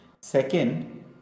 second